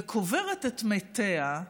וקוברת את מתיה,